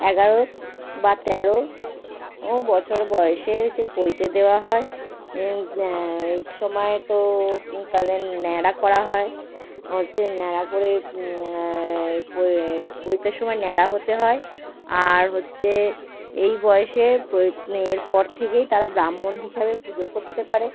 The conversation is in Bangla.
এগারো বা তেরো ও বছর বয়সে যে পৈতে দেওয়া হয় এই সময় তো তাদের নেড়া করা হয় হচ্ছে নেড়া করে পৈতের সময় নেড়া হতে হয় আর হচ্ছে এই বয়সে এর পর থেকেই তারা ব্রাহ্মণ হিসাবে পুজো করতে পারে